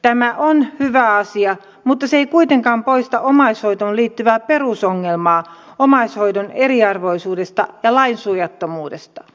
tämä on hyvä asia mutta se ei kuitenkaan poista omaishoitoon liittyvää perusongelmaa omaishoidon eriarvoisuudesta ja lainsuojattomuudesta